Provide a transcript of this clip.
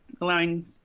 allowing